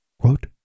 Quote